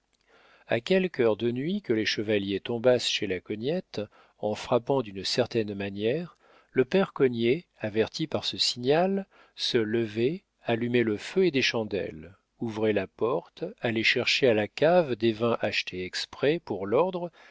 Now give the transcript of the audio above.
a quelque heure de nuit que les chevaliers tombassent chez la cognette en frappant d'une certaine manière le père cognet averti par ce signal se levait allumait le feu et des chandelles ouvrait la porte allait chercher à la cave des vins achetés exprès pour l'ordre